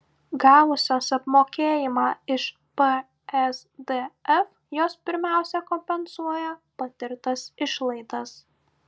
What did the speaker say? gavusios apmokėjimą iš psdf jos pirmiausia kompensuoja patirtas išlaidas